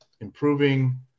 improving